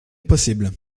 possible